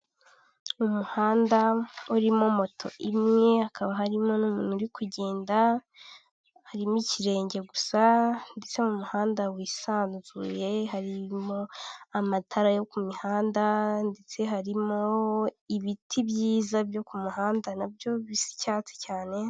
Umuhanda urimo moto imwe hakaba harimo n'umuntu uri kugenda harimo ikirenge gusa ndetse mu muhanda wisanzuye harimo amatara yo ku mihanda ndetse harimo ibiti byiza byo kumuhanda nabyo bisa icyatsi cyane.